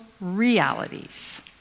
realities